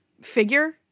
figure